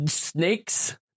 snakes